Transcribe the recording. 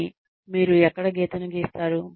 కానీ మీరు ఎక్కడ గీతను గీస్తారు